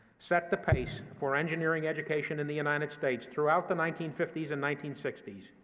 set the pace for engineering education in the united states throughout the nineteen fifty s and nineteen sixty s,